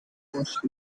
push